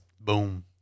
Boom